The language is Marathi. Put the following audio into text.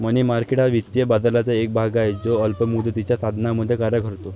मनी मार्केट हा वित्तीय बाजाराचा एक भाग आहे जो अल्प मुदतीच्या साधनांमध्ये कार्य करतो